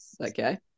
Okay